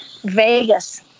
Vegas